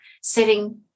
sitting